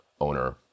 owner